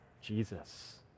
Jesus